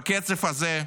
בקצב הזה,